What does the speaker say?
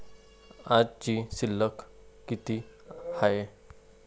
आजची शिल्लक किती हाय?